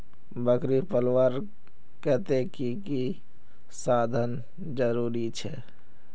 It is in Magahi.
बकरी पलवार केते की की साधन जरूरी छे?